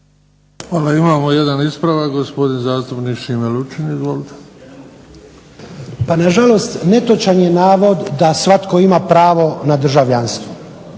Pa nažalost netočan je navod da svatko ima pravo na državljanstvo.